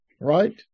Right